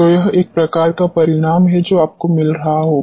तो यह एक प्रकार का परिणाम है जो आपको मिल रहा होगा